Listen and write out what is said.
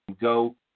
go